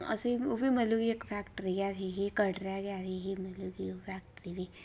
असें मतलब कि ओह्बी इक फैक्टरी ऐही एह् कटरै गै ऐही एह् फैक्टरी मतलब कि